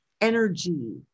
energy